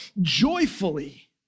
joyfully